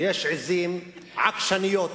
ויש עזים עקשניות,